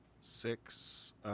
Six